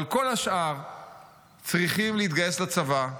אבל כל השאר צריכים להתגייס לצבא,